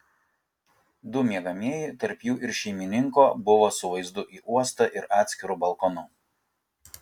du miegamieji tarp jų ir šeimininko buvo su vaizdu į uostą ir atskiru balkonu